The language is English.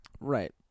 Right